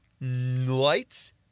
lights